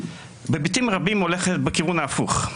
בהיבטים רבים הולכת בכיוון ההפוך.